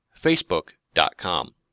facebook.com